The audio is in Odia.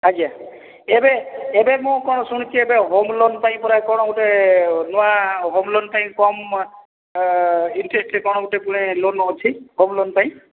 ଆଜ୍ଞା ଏବେ ଏବେ ମୁଁ କଣ ଶୁଣୁଛି ଏବେ ହୋମ ଲୋନ ପାଇଁ ପରା କଣ ଗୋଟେ ନୂଆ ହୋମ ଲୋନ ପାଇଁ କମ ଇଣ୍ଟେରେଷ୍ଟ କ'ଣ ଗୋଟେ ଲୋନ ଅଛି ହୋମ ଲୋନ ପାଇଁ